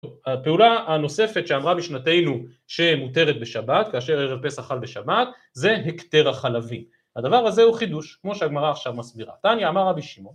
הפעולה הנוספת שאמרה משנתינו שמותרת בשבת, כאשר ערב פסח חל בשבת, זה הקטר החלבים. הדבר הזה הוא חידוש, כמו שהגמרא עכשיו מסבירה. תניא אמר רבי שמעון